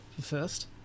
first